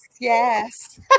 yes